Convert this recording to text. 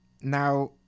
Now